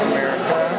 America